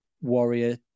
Warrior